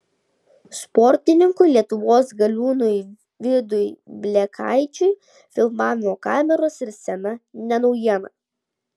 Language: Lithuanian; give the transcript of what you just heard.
sportininkui lietuvos galiūnui vidui blekaičiui filmavimo kameros ir scena ne naujiena